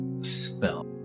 spell